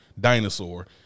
dinosaur